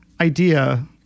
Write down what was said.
idea